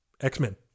X-Men